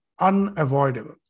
unavoidable